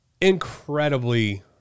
incredibly